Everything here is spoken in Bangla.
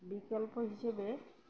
বিকল্প হিসোবে